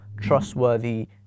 trustworthy